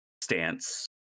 stance